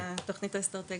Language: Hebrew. לתוכנית האסטרטגית.